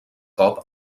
cop